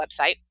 website